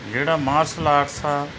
ਜਿਹੜਾ martial arts ਆ